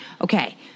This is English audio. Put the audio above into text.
Okay